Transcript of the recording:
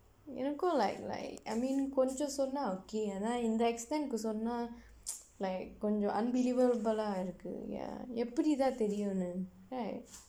எனக்கும்:ennakum like like I mean கொஞ்சம் சொன்னால்:konjsam sonnaal okay அனால் இந்த:aanaal indtha extent சொன்னால்:sonnaal like கொஞ்சம்:konjsam unbelieveable-aa இருக்கு:irukku ya எப்புடி தான் தெரியும்னு:eppudi thaan theriyumnu right